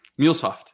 Mulesoft